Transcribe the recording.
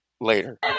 later